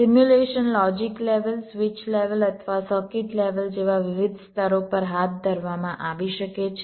simulation logic level switch level અથવા circuit level જેવા વિવિધ સ્તરો પર હાથ ધરવામાં આવી શકે છે